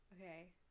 Okay